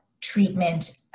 treatment